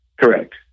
Correct